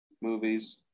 movies